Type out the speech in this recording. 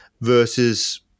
versus